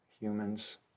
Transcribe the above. humans